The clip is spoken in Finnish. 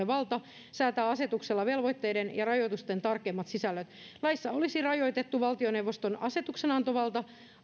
valta säätää asetuksella velvoitteiden ja rajoitusten tarkemmat sisällöt laissa olisi rajoitettu valtioneuvoston asetuksenantovaltaa